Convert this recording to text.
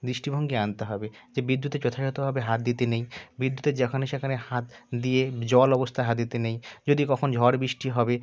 দৃষ্টিভঙ্গী আনতে হবে যে বিদ্যুতে যথাযথভাবে হাত দিতে নেই বিদ্যুতের যেখানে সেখানে হাত দিয়ে জল অবস্থায় হাত দিতে নেই যদি কখনো ঝড় বৃষ্টি হবে